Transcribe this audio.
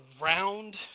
round